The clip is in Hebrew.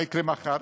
מה יקרה מחר,